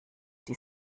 die